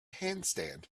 handstand